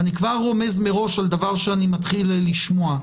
אני כבר רומז מראש על דבר שאני מתחיל לשמוע.